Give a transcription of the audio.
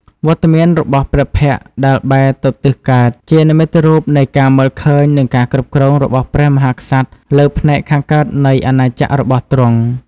វត្តមានរបស់ព្រះភ័ក្ត្រដែលបែរទៅទិសកើត ជានិមិត្តរូបនៃការមើលឃើញនិងការគ្រប់គ្រងរបស់ព្រះមហាក្សត្រលើផ្នែកខាងកើតនៃអាណាចក្ររបស់ទ្រង់។